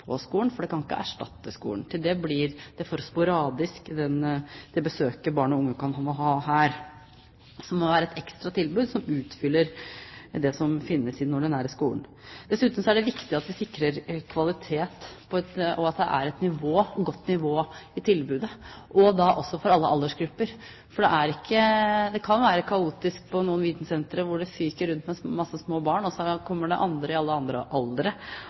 på skolen, for det kan ikke erstatte skolen. Til det blir besøkene barn og unge kan ha her, for sporadiske. Det må være et ekstra tilbud som utfyller det som finnes i den ordinære skolen. Dessuten er det viktig at vi sikrer kvalitet, og at det er et godt nivå på tilbudet for alle aldersgrupper. For det kan være kaotisk på noen vitensentre, hvor det fyker rundt masse små barn, og så kommer det andre i alle andre aldre,